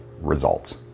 results